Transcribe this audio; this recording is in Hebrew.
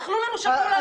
אכלו לנו-שתו לנו.